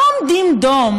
לא עומדים דום